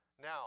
Now